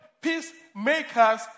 peacemakers